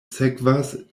sekvas